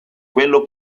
quello